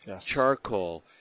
charcoal